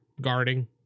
guarding